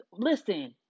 Listen